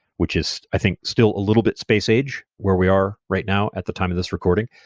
which is i think still a little bit space age where we are right now at the time of this recording.